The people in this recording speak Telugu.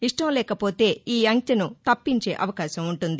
ఇష్టం లేకపోతే ఈ అంచెను తప్పించే అవకాశం ఉంటుంది